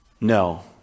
No